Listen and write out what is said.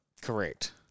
Correct